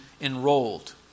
enrolled